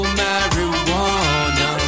marijuana